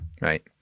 Right